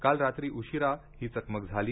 काल रात्री उशिरा ही चकमक झाली